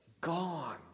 gone